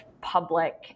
public